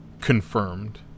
confirmed